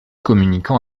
communiquant